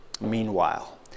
Meanwhile